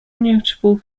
notable